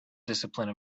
discipline